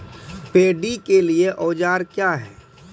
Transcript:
Paddy के लिए औजार क्या हैं?